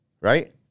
right